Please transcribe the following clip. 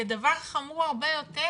כדבר חמור הרבה יותר